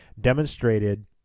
demonstrated